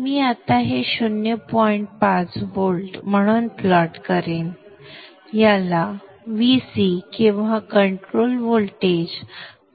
मी आता हे शून्य पॉइंट पाच व्होल्ट्स म्हणून प्लॉट करेन आणि याला Vc किंवा कंट्रोल व्होल्टेज